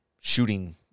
shooting